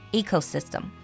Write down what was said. ecosystem